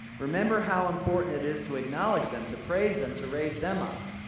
remember how important it is to acknowledge them, to praise them, to raise them up.